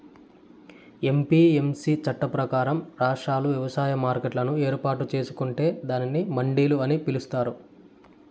APMC చట్టం ప్రకారం, రాష్ట్రాలు వ్యవసాయ మార్కెట్లను ఏర్పాటు చేసుకొంటే దానిని మండిలు అని పిలుత్తారు